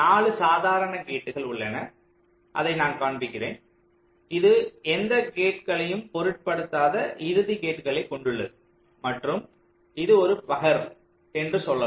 4 சாதாரண கேட்கள் உள்ளன அதை நான் காண்பிக்கிறேன் இது எந்த கேட்களையும் பொருட்படுத்தாத இறுதி கேட்களைக் கொண்டுள்ளது மற்றும் இது ஒரு பகர் என்று சொல்லலாம்